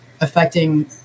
affecting